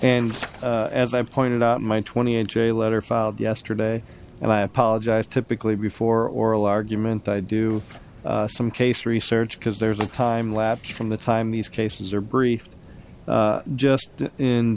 and as i pointed out my twenty in jail letter filed yesterday and i apologize typically before oral argument i do some case research because there's a time lapse from the time these cases are brief just in